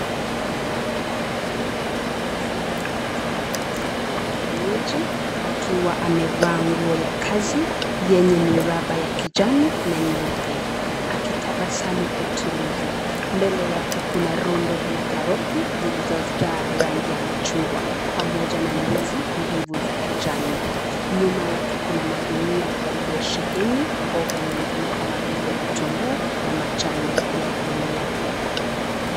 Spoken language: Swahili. Mwanamke amesimama katikati ya soko la kienyeji, akiwa amevaa nguo ya kazi, yenye miraba ya kijani, na nyeupe, akitabasamu kwa utulivu. Mbele yake kuna rundo la karoti, zilizojaa rangi ya machungwa, pamoja na ndizi mbivu za kijani. Nyuma yake kuna magunia yaliyosheheni mboga nyingine kama vile vitunguu, na majani ya dania.